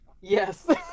Yes